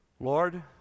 Lord